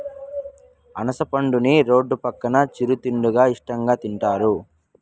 అనాస పండుని రోడ్డు పక్కన చిరు తిండిగా ఇష్టంగా తింటారు